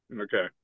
Okay